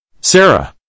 Sarah